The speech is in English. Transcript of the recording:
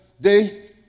day